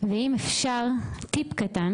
ואם אפשר גם טיפ קטן